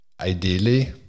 ideally